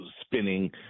spinning